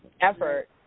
effort